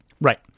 Right